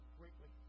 greatly